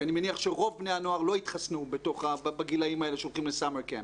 כי אני מניח שרוב בני הנוער לא התחסנו בגילאים האלה שהולכים למחנות קיץ.